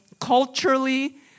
culturally